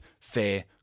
fair